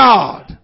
God